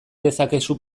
dezakezu